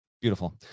Beautiful